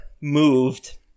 moved